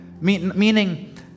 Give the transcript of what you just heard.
Meaning